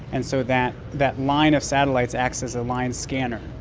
and so that that line of satellites acts as a line scanner.